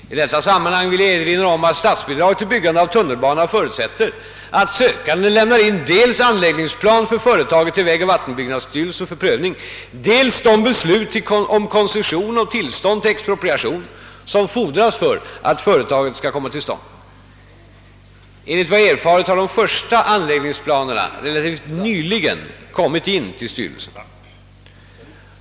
I detta sammanhang vill jag erinra om att statsbidrag till byggande av tunnelbana förutsätter att sökanden lämnar in dels anläggningsplan för företaget till vägoch vattenbyggnadsstyrelsen för prövning, dels de beslut om koncession och tillstånd till expropriation som fordras för att företaget skall komma till stånd. Enligt vad jag erfarit har de första anläggningsplanerna relativt nyligen kommit in till styrelsen.